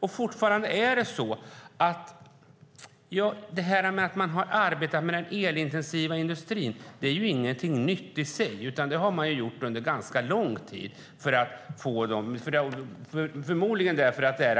Det är ju ingenting nytt i sig att man har arbetat med den elintensiva industrin. Det har man ju gjort under ganska lång tid, förmodligen därför att det är